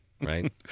right